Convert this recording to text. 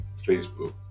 Facebook